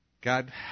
God